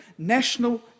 National